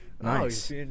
Nice